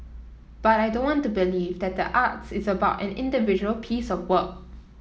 but I don't want to believe that the arts is about an individual piece of work